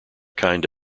kind